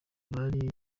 bari